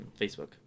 Facebook